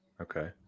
Okay